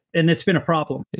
and it's been a problem,